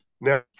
now